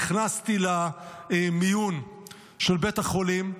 נכנסתי למיון של בית החולים,